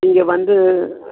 இங்கே வந்து